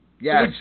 Yes